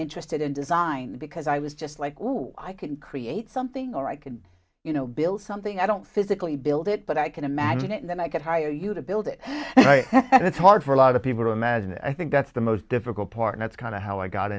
interested in design because i was just like oh i could create something or i could you know build something i don't physically build it but i can imagine it and then i could hire you to build it and it's hard for a lot of people to imagine and i think that's the most difficult part and it's kind of how i got